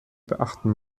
beachten